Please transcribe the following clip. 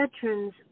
veterans